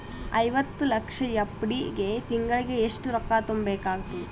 ಐವತ್ತು ಲಕ್ಷ ಎಫ್.ಡಿ ಗೆ ತಿಂಗಳಿಗೆ ಎಷ್ಟು ರೊಕ್ಕ ತುಂಬಾ ಬೇಕಾಗತದ?